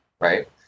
right